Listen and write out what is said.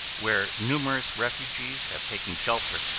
where numerous refugees have taken shelter,